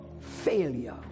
failure